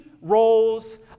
roles